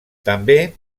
també